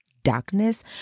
Darkness